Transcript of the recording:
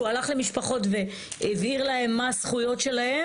שהוא הלך למשפחות והבהיר להם מה הזכויות שלהם